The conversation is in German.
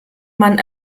man